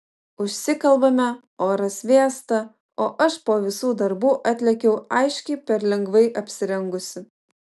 užsikalbame oras vėsta o aš po visų darbų atlėkiau aiškiai per lengvai apsirengusi